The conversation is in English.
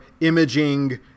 imaging